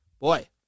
boy